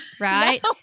right